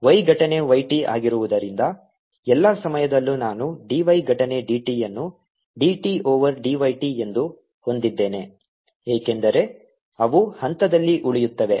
y ಘಟನೆ yt ಆಗಿರುವುದರಿಂದ ಎಲ್ಲಾ ಸಮಯದಲ್ಲೂ ನಾನು dy ಘಟನೆ dt ಅನ್ನು dt ಓವರ್ dyt ಎಂದು ಹೊಂದಿದ್ದೇನೆ ಏಕೆಂದರೆ ಅವು ಹಂತದಲ್ಲಿ ಉಳಿಯುತ್ತವೆ